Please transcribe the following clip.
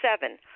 Seven